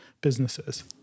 businesses